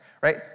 right